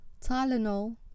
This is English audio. tylenol